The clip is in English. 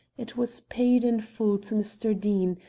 it was paid in full to mr. deane,